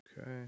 Okay